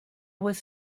was